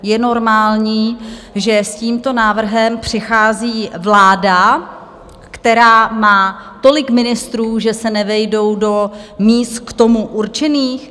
Je normální, že s tímto návrhem přichází vláda, která má tolik ministrů, že se nevejdou do míst k tomu určených?